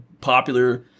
popular